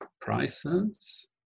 prices